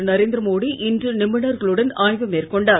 த்து நரேந்திரமோடிஇன்றுநிபுணர்களுடன்ஆய்வுமேற்கொண்டார்